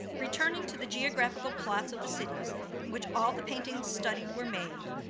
returning to the geographical plots of the cities in which all the paintings studied were made,